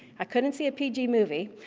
i couldn't see a pg movie,